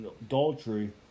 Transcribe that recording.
adultery